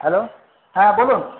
hello হ্যাঁ বলুন